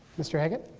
mister haggit.